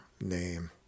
name